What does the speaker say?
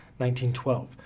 1912